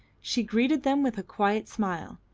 she greeted them with a quiet smile,